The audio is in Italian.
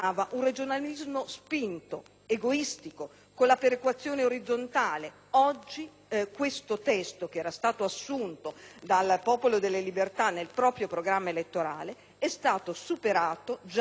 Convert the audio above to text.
egoistico e con la perequazione orizzontale. Oggi questo testo, che era stato assunto dal Popolo della Libertà nel proprio programma elettorale, è stato superato già dal testo del Governo che